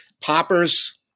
Poppers